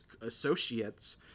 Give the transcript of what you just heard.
associates